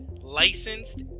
licensed